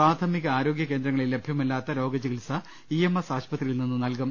പ്രാഥമിക ആരോഗ്യ കേന്ദ്രങ്ങളിൽ ലഭ്യമല്ലാത്ത രോഗചി കിത്സ ഇ എം എസ് ആശുപത്രിയിൽ നിന്നും നൽകും